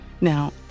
Now